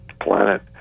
planet